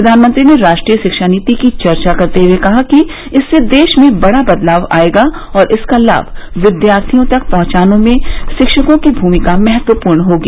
प्रधानमंत्री ने राष्ट्रीय शिक्षा नीति की चर्चा करते हुए कहा कि इससे देश में बड़ा बदलाव आएगा और इसका लाभ विद्यार्थियों तक पहुंचाने में शिक्षकों की भूमिका महत्वपूर्ण होगी